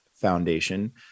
foundation